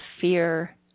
fear